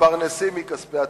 המתפרנסים מכספי הציבור,